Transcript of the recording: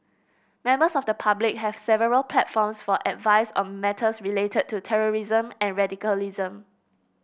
members of the public have several platforms for advice on matters related to terrorism and radicalism